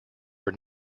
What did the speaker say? were